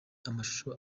amashusho